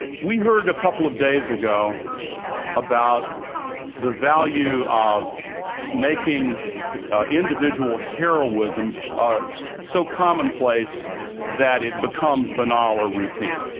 we heard a couple of days ago about the value of making individual heroism ah so commonplace that it becomes banal or routine.